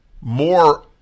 more